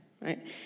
right